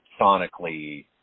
sonically